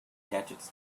gadgets